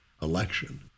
election